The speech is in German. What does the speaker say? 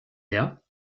her